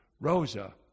Rosa